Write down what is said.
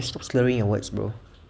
stop slurring your words bro